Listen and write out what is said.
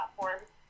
platform